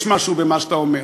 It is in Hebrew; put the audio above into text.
יש משהו במה שאתה אומר.